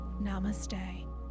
Namaste